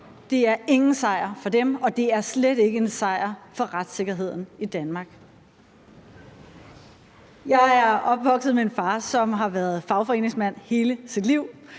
det er ingen sejr for dem, og det er slet ikke en sejr for retssikkerheden i Danmark. Jeg er opvokset med en far, som har været fagforeningsmand hele sit liv,